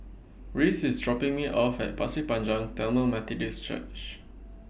Rhys IS dropping Me off At Pasir Panjang Tamil Methodist Church